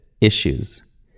issues